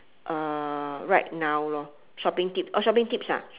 uh right now lor shopping tips oh shopping tips ah